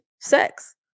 sex